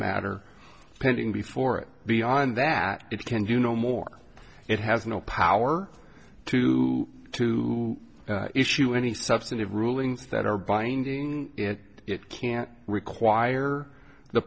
matter pending before it beyond that it can do no more it has no power to to issue any substantive rulings that are binding it it can't require the